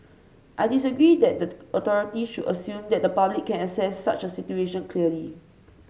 I disagree that the authorities should assume that the public can assess such a situation clearly